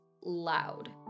loud